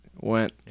went